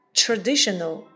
traditional